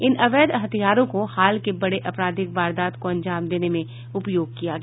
इन अवैध हथियारों को हाल के बड़े आपाराधिक वारदात को अंजाम देने में उपयोग किया गया